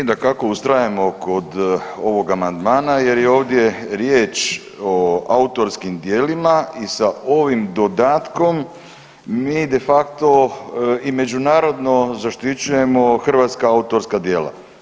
Mi dakako ustrajemo kod ovog amandmana jer je ovdje riječ o autorskim djelima i sa ovim dodatkom mi de facto i međunarodno zaštićujemo hrvatska autorska djela.